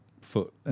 foot